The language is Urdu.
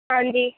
ہاں جی